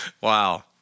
Wow